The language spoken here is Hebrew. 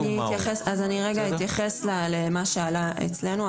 אני רגע אתייחס למה שעלה אצלנו,